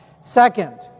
Second